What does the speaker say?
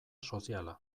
soziala